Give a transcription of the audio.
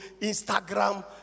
Instagram